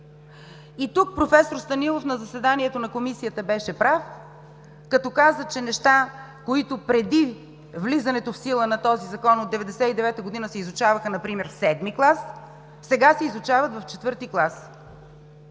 Тук проф. Станилов на заседанието на Комисията беше прав като каза, че неща, които преди влизането в сила на този Закон от 1999 г. се изучаваха например в седми клас, сега се изучават в четвърти клас.